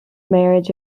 marriage